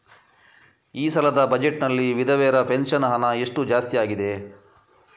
ಈ ಸಲದ ಬಜೆಟ್ ನಲ್ಲಿ ವಿಧವೆರ ಪೆನ್ಷನ್ ಹಣ ಎಷ್ಟು ಜಾಸ್ತಿ ಆಗಿದೆ?